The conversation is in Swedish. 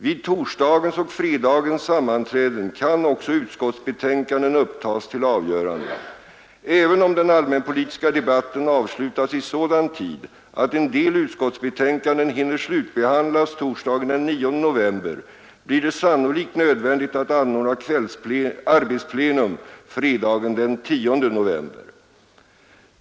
Vid torsdagens och fredagens sammanträden kan också utskottsbetänkanden upptas till avgörande. Även om den allmänpolitiska debatten avslutas i sådan tid, att en del utskottsbetänkanden hinner slutbehandlas torsdagen den 9 november blir det sannolikt nödvändigt att anordna arbetsplenum fredagen den 10 november.